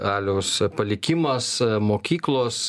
aliaus palikimas mokyklos